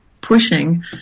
pushing